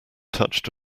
touched